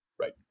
Right